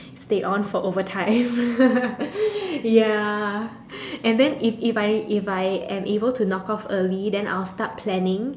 stay on for overtime ya and then if if I if I am able to knock off early then I'll start planning